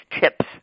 tips